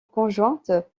conjointe